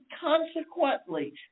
consequently